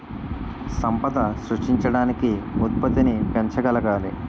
సంపద సృష్టించడానికి ఉత్పత్తిని పెంచగలగాలి